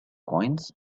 coins